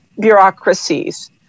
bureaucracies